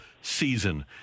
season